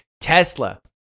Tesla